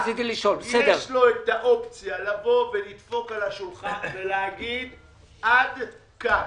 למשרד הכלכלה יש את האופציה לבוא ולדפוק על השולחן ולומר עד כאן.